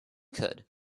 could